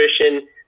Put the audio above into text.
nutrition